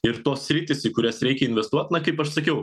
ir tos sritys į kurias reikia investuot na kaip aš sakiau